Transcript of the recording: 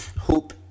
hope